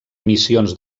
missions